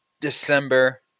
December